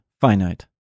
finite